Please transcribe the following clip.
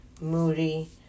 moody